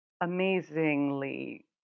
amazingly